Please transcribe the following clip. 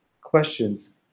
questions